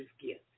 gift